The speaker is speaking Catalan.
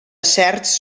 certs